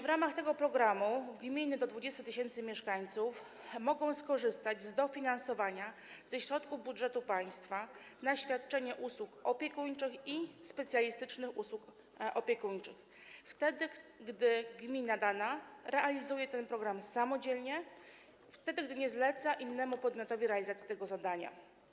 W ramach tego programu gminy do 20 tys. mieszkańców mogą skorzystać z dofinansowania ze środków budżetu państwa na świadczenie usług opiekuńczych i specjalistycznych usług opiekuńczych wtedy, gdy dana gmina realizuje ten program samodzielnie, gdy nie zleca innemu podmiotowi realizacji tego zadania.